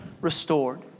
restored